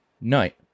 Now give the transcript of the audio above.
night